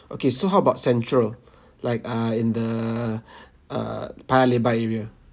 okay so how about central like ah in the err paya lebar area